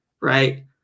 right